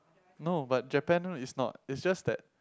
no but Japan one is not it's just that